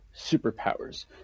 superpowers